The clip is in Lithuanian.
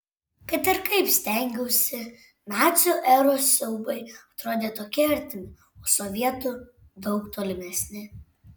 kad ir kaip stengiausi nacių eros siaubai atrodė tokie artimi o sovietų daug tolimesni